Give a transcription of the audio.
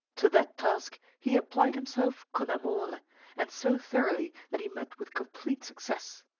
to that task he applied himself con amore and so thoroughly that he met with complete success.